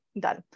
done